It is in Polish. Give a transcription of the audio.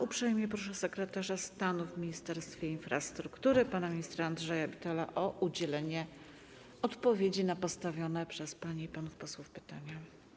Uprzejmie proszę sekretarza stanu w Ministerstwie Infrastruktury pana ministra Andrzeja Bittela o udzielenie odpowiedzi na postawione przez panie i panów posłów pytania.